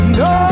no